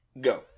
Go